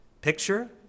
picture